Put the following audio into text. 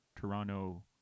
Toronto